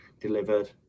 delivered